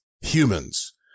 humans